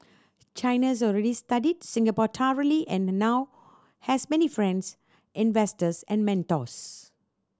China has already studied Singapore thoroughly and now has many friends investors and mentors